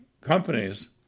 companies